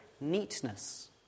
neatness